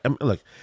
look